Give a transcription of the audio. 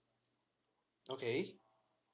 okay